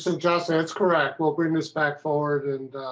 so just and it's correct will bring us back for